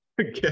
Okay